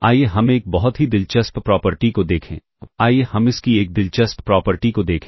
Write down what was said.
आइए हम एक बहुत ही दिलचस्प प्रॉपर्टी को देखें आइए हम इस की एक दिलचस्प प्रॉपर्टी को देखें